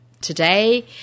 today